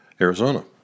Arizona